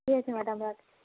ঠিক আছে ম্যাডাম রাখছি